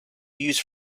use